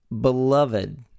beloved